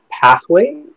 pathway